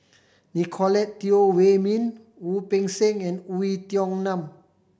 Nicolette Teo Wei Min Wu Peng Seng and Oei Tiong Ham